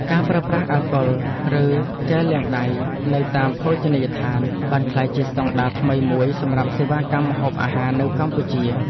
ការប្រើប្រាស់អាល់កុលឬជែលលាងដៃនៅតាមភោជនីយដ្ឋាន បានក្លាយជាស្តង់ដារថ្មីមួយសម្រាប់សេវាកម្មម្ហូបអាហារនៅកម្ពុជា។